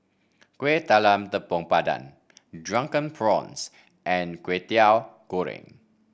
Kueh Talam Tepong Pandan Drunken Prawns and Kwetiau Goreng